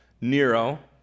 Nero